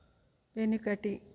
వెనుకటి